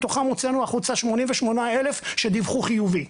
מתוכם הוצאנו החוצה 88 אלף שדיווחו חיובי.